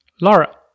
Laura